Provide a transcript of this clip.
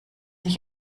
ich